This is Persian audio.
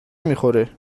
میخوره